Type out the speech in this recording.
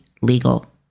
legal